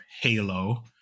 Halo